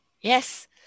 Yes